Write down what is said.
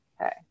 okay